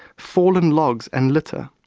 fallen logs and litter.